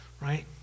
right